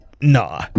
Nah